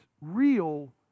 real